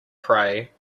pray